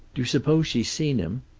do you suppose she's seen him?